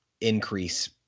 increase